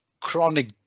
chronic